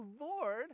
Lord